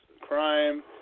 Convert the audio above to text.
crime